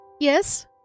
Yes